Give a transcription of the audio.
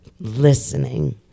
listening